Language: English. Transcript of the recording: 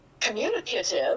communicative